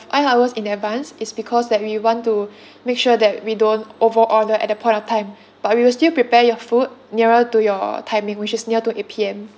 five hours in advance is because that we want to make sure that we don't over order at that point of time but we will still prepare your food nearer to your timing which is near to eight P_M